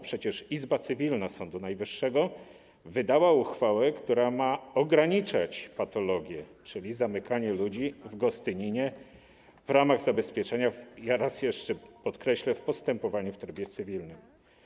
Przecież Izba Cywilna Sądu Najwyższego wydała uchwałę, która ma ograniczać patologię, czyli zamykanie ludzi w Gostyninie w ramach zabezpieczenia, raz jeszcze podkreślę, w postępowaniu w trybie cywilnym.